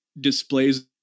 displays